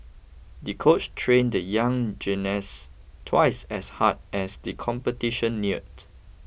the coach trained the young gymnast twice as hard as the competition neared